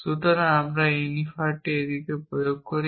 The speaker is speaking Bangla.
সুতরাং আমরা এই ইউনিফায়ারটি এটিতে প্রয়োগ করি